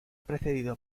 precedido